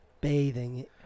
bathing